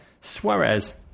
Suarez